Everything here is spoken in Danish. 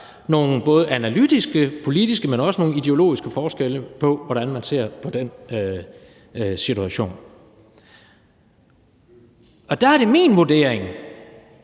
nogle analytiske og politiske, men også nogle ideologiske forskelle på, hvordan man ser på den situation. Der er det min vurdering,